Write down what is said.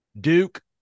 Duke